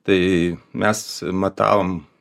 tai mes matavom